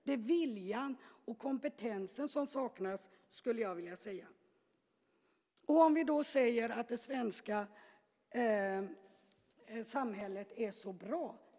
Det är viljan och kompetensen som saknas, skulle jag vilja säga. Vi säger att det svenska samhället är så bra.